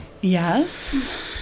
Yes